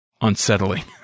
unsettling